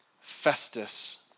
Festus